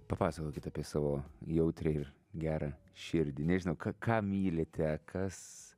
papasakokit apie savo jautrią ir gerą širdį nežinau ką mylite kas